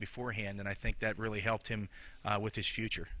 beforehand and i think that really helped him with his future